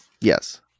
Yes